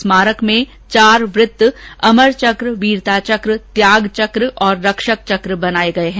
स्मारक में चार वृत्त अमर चक्र वीरता चक्र त्याग चक्र और रक्षक चक्र बनाये गये है